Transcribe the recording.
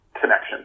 connection